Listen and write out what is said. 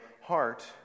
heart